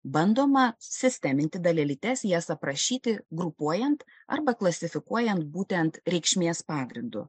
bandoma sisteminti dalelytes jas aprašyti grupuojant arba klasifikuojant būtent reikšmės pagrindu